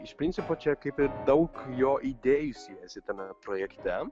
iš principo čia kaip ir daug jo idėjų siejasi tame projekte